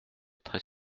très